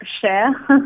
share